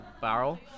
barrel